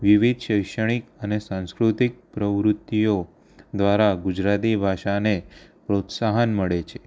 વિવિધ શૈક્ષણિક અને સાંસ્કૃતિક પ્રવૃત્તિઓ દ્વારા ગુજરાતી ભાષાને પ્રોત્સાહન મળે છે